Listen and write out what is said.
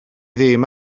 ddim